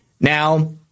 Now